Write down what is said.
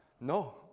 No